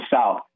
south